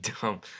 dumb